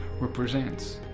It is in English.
represents